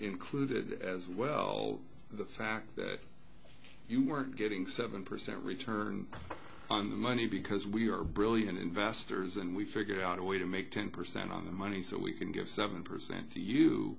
included as well the fact that you were getting seven percent return on the money because we are brilliant investors and we figure out a way to make ten percent of the money so we can give seven percent